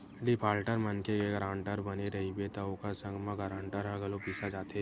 defaulter मनखे के guarantor बने रहिबे त ओखर संग म गारंटर ह घलो पिसा जाथे